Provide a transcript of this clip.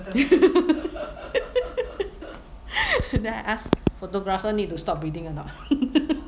then I ask photographer need to stop breathing or not